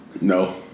No